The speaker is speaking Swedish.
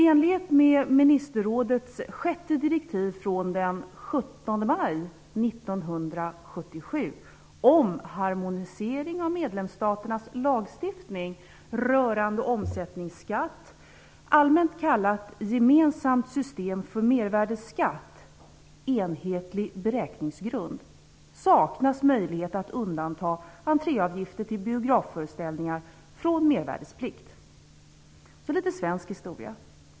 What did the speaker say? Enligt ministerrådets sjätte direktiv från den 17 maj 1977 om harmonisering av medlemsstaternas lagstiftning rörande omsättningsskatt, allmänt kallat Gemensamt system för mervärdesskatt - enhetlig beräkningsgrund, saknas möjlighet att undanta entréavgifter till biografföreställningar från mervärdesskatteplikt. Jag tar så litet svensk historia.